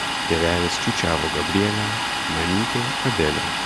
tėvelis čiūčiavo gabrielę mamytė adelę